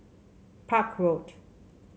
Park Road